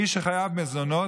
מי שחייב מזונות,